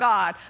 God